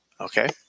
Okay